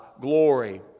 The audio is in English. glory